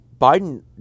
Biden